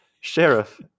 sheriff